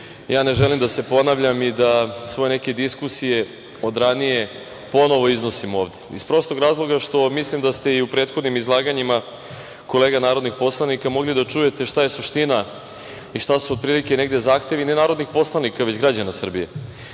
Ne želim da se ponavljam i da svoje diskusije od ranije ponovo iznosim ovde, iz prostog razloga što mislim da ste i u prethodnim izlaganjima kolega narodnih poslanika mogli da čujete šta je suština i šta su otprilike negde zahtevi ne narodnih poslanika, već građana Srbije. Već